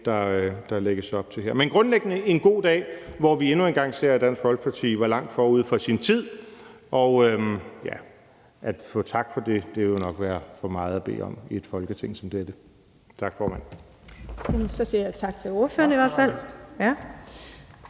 der lægges op til her. Men grundlæggende er det en god dag, hvor vi endnu en gang ser, at Dansk Folkeparti var langt forud for sin tid – og at få tak for det vil nok være for meget at bede om i et Folketing om dette. Tak formand. Kl. 15:31 Den fg. formand (Birgitte